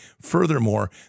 Furthermore